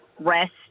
rest